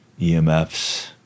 EMFs